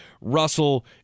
Russell